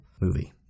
movie